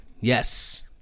yes